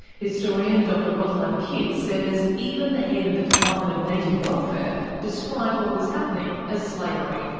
historian dr rosalind kidd says even the head of the department of native welfare described what was happening as slavery.